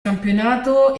campionato